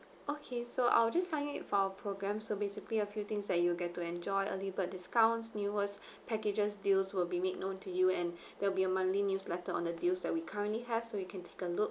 okay so I'll just sign it for programme so basically a few things that you will get to enjoy early bird discounts newest packages deals will be made known to you and there'll be a monthly newsletter on the deals that we currently have so you can take a look